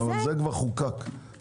זה כבר חוקק.